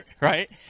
right